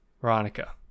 veronica